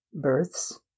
births